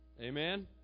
Amen